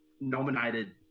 nominated